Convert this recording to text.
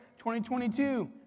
2022